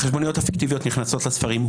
החשבוניות הפיקטיביות נכנסות לספרים.